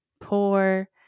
poor